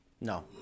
No